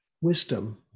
wisdom